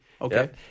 Okay